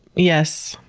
yes.